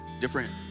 different